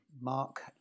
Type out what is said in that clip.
Mark